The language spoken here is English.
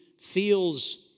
feels